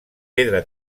pedra